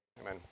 Amen